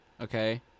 Okay